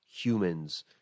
humans